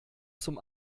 zum